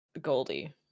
Goldie